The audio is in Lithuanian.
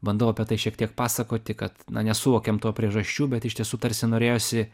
bandau apie tai šiek tiek pasakoti kad na nesuvokėm to priežasčių bet iš tiesų tarsi norėjosi